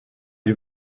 you